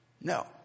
No